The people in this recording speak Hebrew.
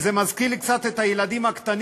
כי זה מזכיר לי קצת את הילדים הקטנים